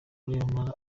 bareba